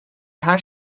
her